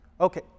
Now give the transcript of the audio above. Okay